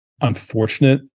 unfortunate